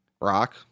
Rock